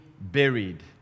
buried